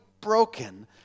broken